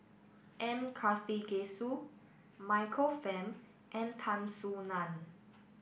M Karthigesu Michael Fam and Tan Soo Nan